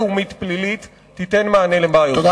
בין-לאומית פלילית היא מענה שיבטיח צדק ומשפט בשטחים הכבושים.